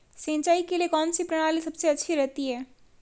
सिंचाई के लिए कौनसी प्रणाली सबसे अच्छी रहती है?